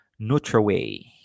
Nutraway